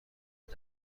روز